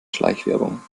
schleichwerbung